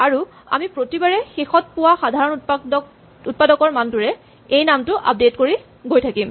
আৰু আমি প্ৰতিবাৰে শেষত পোৱা সাধাৰণ উৎপাদকৰ মানটোৰে এই নামটো আপডেট কৰি গৈ থাকিম